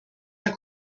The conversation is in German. herr